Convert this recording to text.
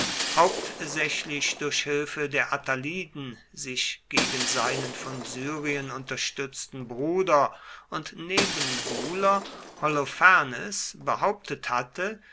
hauptsächlich durch hilfe der attaliden sich gegen seinen von syrien unterstützten bruder und nebenbuhler holophernes behauptet hatte